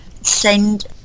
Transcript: send